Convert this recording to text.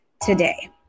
today